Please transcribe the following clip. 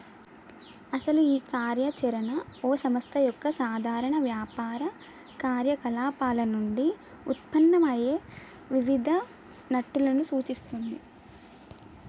అసలు ఈ కార్య చరణ ఓ సంస్థ యొక్క సాధారణ వ్యాపార కార్యకలాపాలు నుండి ఉత్పన్నమయ్యే వివిధ నట్టులను సూచిస్తుంది